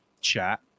chat